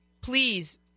please